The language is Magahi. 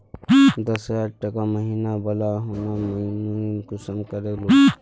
दस हजार टका महीना बला लोन मुई कुंसम करे लूम?